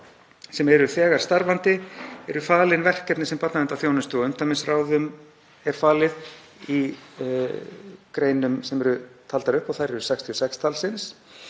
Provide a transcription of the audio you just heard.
sem eru þegar starfandi eru falin verkefni sem barnaverndarþjónustu og umdæmisráðum eru falin, þær greinar eru taldar upp og eru 66 talsins.